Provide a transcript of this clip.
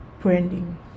branding